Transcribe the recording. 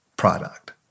Product